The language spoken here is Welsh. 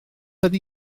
ydy